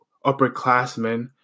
Upperclassmen